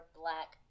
black